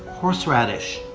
horseradish,